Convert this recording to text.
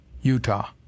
Utah